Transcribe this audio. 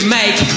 make